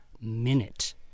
minute